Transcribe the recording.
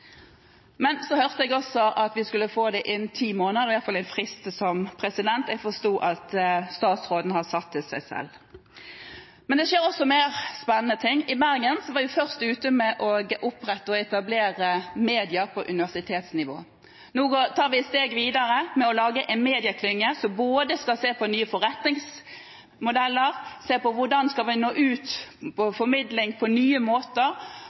Jeg hørte at vi skulle få det innen ti måneder – det var i alle fall en frist som jeg forsto at statsråden hadde satt til seg selv. Men det skjer også andre spennende ting: I Bergen var vi først ute med å opprette og etablere media på universitetsnivå. Nå tar vi et steg videre ved å lage en medieklynge som skal se på både nye forretningsmodeller og hvordan vi skal nå ut med formidling på nye måter,